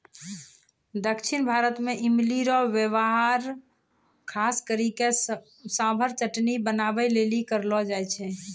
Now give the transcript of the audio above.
दक्षिण भारत मे इमली रो वेहवार खास करी के सांभर चटनी बनाबै लेली करलो जाय छै